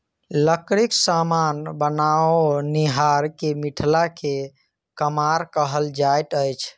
लकड़ीक समान बनओनिहार के मिथिला मे कमार कहल जाइत अछि